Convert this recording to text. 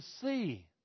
see